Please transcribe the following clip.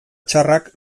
txarrak